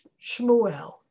Shmuel